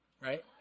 right